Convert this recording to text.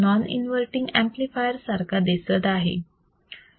तर हा non inverting amplifier सारखा दिसत आहे बरोबर